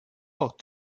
ought